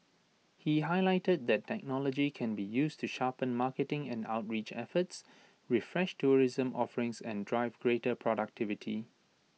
he highlighted that technology can be used to sharpen marketing and outreach efforts refresh tourism offerings and drive greater productivity